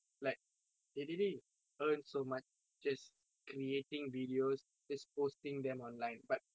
like they really earn so much just creating videos just posting them online but